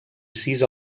sis